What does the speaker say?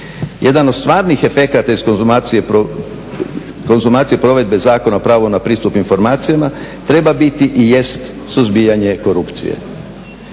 Jedan od stvarnih efekata iz konzumacije provedbe Zakona o pravu na pristup informacijama treba biti i jest suzbijanje korupcije.